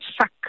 suck